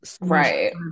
Right